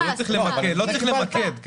זה לא צריך למקד.